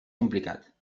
complicat